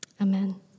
Amen